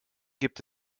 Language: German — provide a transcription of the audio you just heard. gibt